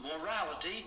morality